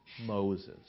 Moses